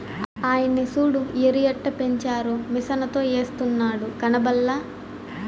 ఆయన్ని సూడు ఎరుయెట్టపెంచారో మిసనుతో ఎస్తున్నాడు కనబల్లా